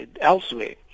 elsewhere